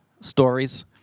stories